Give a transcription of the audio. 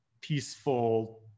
peaceful